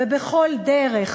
ובכל דרך,